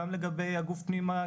גם לגבי הגוף פנימה,